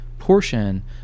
Portion